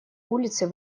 улицы